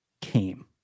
came